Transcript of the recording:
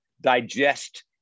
digest